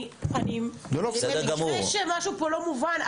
במקרה שמשהו פה לא מובן,